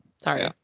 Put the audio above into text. Sorry